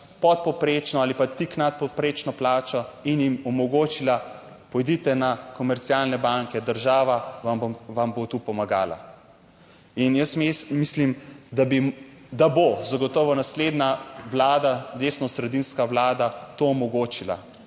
podpovprečno ali pa tik nad povprečno plačo in jim omogočila, pojdite na komercialne banke, država vam vam bo tu pomagala. In jaz res mislim, da bo zagotovo naslednja Vlada, desnosredinska Vlada to omogočila